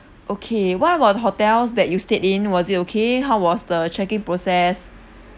okay what about the hotels that you stayed in was it okay how was the check in process